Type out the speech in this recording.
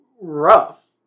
rough